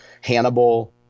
Hannibal